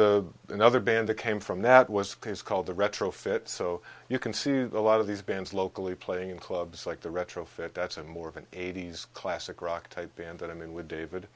the another band that came from that was a case called the retro fit so you can see the lot of these bands locally playing in clubs like the retrofit that's a more of an eighty's classic rock type band that i mean with david